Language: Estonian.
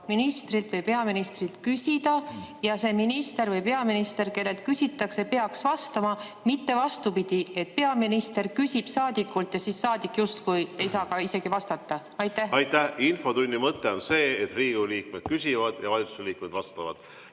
ministrilt või peaministrilt küsida ja see minister või peaminister, kellelt küsitakse, peaks vastama, mitte vastupidi, et peaminister küsib saadikult ja siis see saadik ei saa isegi vastata? Aitäh! Infotunni mõte on see, et Riigikogu liikmed küsivad ja valitsuse liikmed vastavad.